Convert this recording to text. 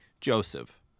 Joseph